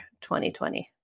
2020